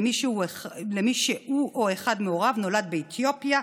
למי שהוא או אחד מהוריו נולד באתיופיה,